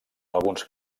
alguns